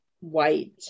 white